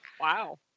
Wow